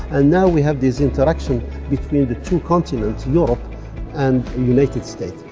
and now we have this interaction between the two continents, europe and the united states.